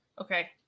Okay